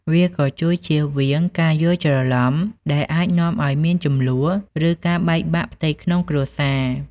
វាក៏ជួយ ជៀសវាងការយល់ច្រឡំ ដែលអាចនាំឲ្យមានជម្លោះ ឬការបែកបាក់ផ្ទៃក្នុងគ្រួសារ។